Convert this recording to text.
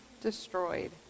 destroyed